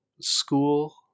school